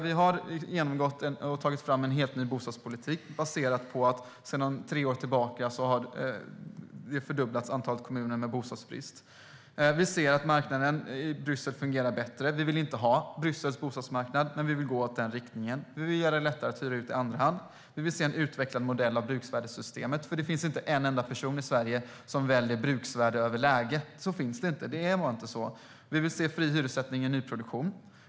Vi har tagit fram en helt ny bostadspolitik baserat på att antalet kommuner med bostadsbrist har fördubblats sedan tre år tillbaka. Vi ser att marknaden i Bryssel fungerar bättre. Vi vill inte ha Bryssels bostadsmarknad, men vi vill gå i den riktningen. Vi vill göra det lättare att hyra ut i andra hand. Vi vill se en utvecklad modell för bruksvärdessystemet, för det finns inte en enda person i Sverige som väljer bruksvärde framför läge. Det finns inte - det är bara inte så. Vi vill se fri hyressättning i nyproduktion.